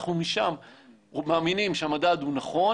אנחנו מאמינים שהמדד הוא נכון.